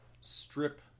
strip